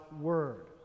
word